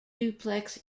duplex